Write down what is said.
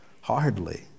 Hardly